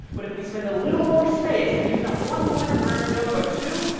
but if we spend a little more space and use not one pointer for every node, but two,